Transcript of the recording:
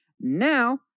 Now